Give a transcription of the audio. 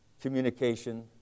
Communication